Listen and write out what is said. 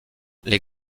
les